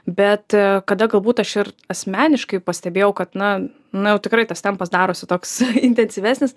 bet kada galbūt aš ir asmeniškai pastebėjau kad na na jau tikrai tas tempas darosi toks intensyvesnis